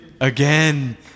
again